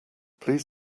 please